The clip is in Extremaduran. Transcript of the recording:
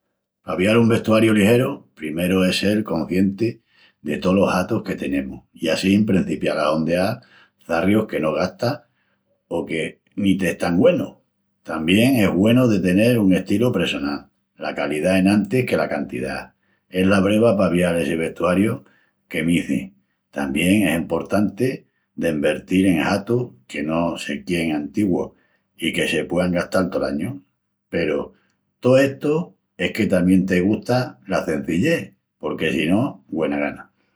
Pa avial un vestuariu ligeru primeru es sel coscientis de tolos hatus que tenemus i assín prencipial a hondeal çarrius que no gastas o que ni t'están güenus. Tamién es güenu de tenel un astilu pressonal. La calidá enantis que la cantidá, es la breva pa avial essi vestuariu que m'izis. Tamién es emportanti d'envertil en hatus que no se quein antigus i que se puean gastal tol añu. Peru tó estu es que tamién te gusta la cenzillés porque si no, güena gana.